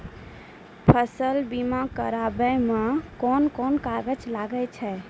फसल बीमा कराबै मे कौन कोन कागज लागै छै?